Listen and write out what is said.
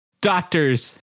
doctors